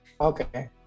okay